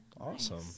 Awesome